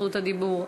זכות הדיבור,